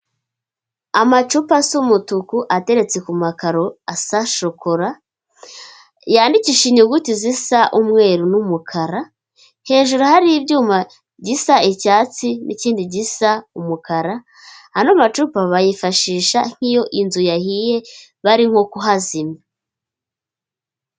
Amacupa asa umutuku, ateretse ku makaro asa shokora, yandikishije inyuguti zisa umweru n'umukara, hejuru hari icyuma gisa icyatsi n'ikindi gisa umukara, ano macupa bayifashisha nk'iyo inzu yahiye bari nko kuhazimya.